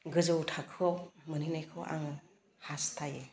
गोजौ थाखोआव मोनहैनायखौ आङो हास्थायो